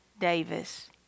Davis